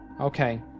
Okay